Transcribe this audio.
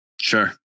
Sure